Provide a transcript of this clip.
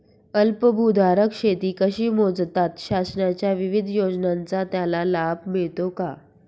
अल्पभूधारक शेती कशी मोजतात? शासनाच्या विविध योजनांचा त्याला लाभ मिळतो का?